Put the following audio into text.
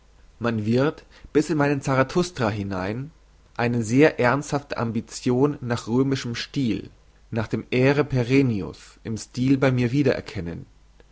man wird bis in meinen zarathustra hinein eine sehr ernsthafte ambition nach römischem stil nach dem aere perennius im stil bei mir wiedererkennen